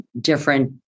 different